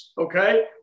Okay